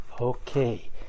okay